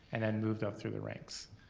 and then moved up through the ranks.